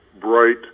bright